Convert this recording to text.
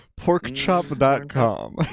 Porkchop.com